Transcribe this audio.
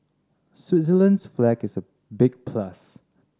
Switzerland's flag is a big plus